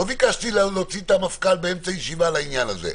לא ביקשתי להוציא את המפכ"ל באמצע ישיבה לעניין הזה,